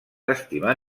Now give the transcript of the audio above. estimar